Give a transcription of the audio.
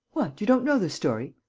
what! you don't know the story?